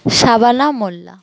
Shabana Molla